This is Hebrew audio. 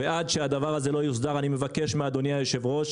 עד שהדבר הזה לא יוסדר אני מבקש מאדוני היושב-ראש